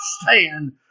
stand